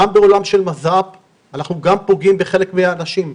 גם בעולם המז"פ אנחנו פוגעים בחלק מהאנשים,